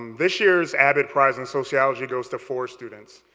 um this year's abbott prize in sociology goes to four students.